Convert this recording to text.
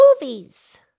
movies